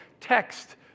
text